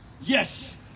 Yes